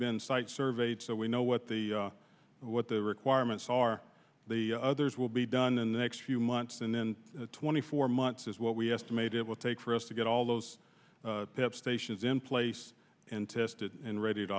been site surveyed so we know what the what the requirements are the others will be done in the next few months and then twenty four months is what we estimate it will take for us to get all those stations in place and tested and ready to